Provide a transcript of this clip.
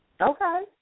Okay